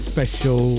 Special